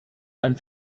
ein